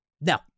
No